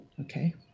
okay